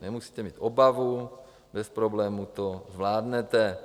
Nemusíte mít obavu, bez problému to zvládnete.